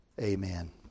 Amen